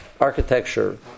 architecture